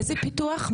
איזה פיתוח?